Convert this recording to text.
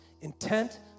intent